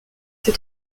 ces